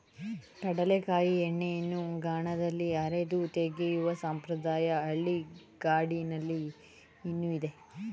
ಕಡಲೆಕಾಯಿ ಎಣ್ಣೆಯನ್ನು ಗಾಣದಲ್ಲಿ ಅರೆದು ತೆಗೆಯುವ ಸಂಪ್ರದಾಯ ಹಳ್ಳಿಗಾಡಿನಲ್ಲಿ ಇನ್ನೂ ಇದೆ